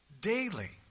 Daily